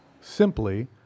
simply